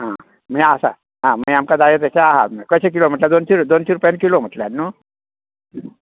हां मगेर आसा आं मगेर आमकां जाये तशे आसा कशे किलो दोनशी रुपया दोनशी रुपया किलो म्हटले न्हू